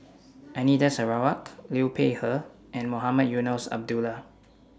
Anita Sarawak Liu Peihe and Mohamed Eunos Abdullah